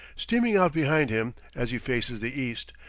streaming out behind him as he faces the east,